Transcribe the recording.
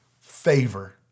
Favor